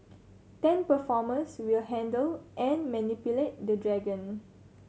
ten performers will handle and manipulate the dragon